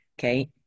okay